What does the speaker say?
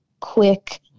quick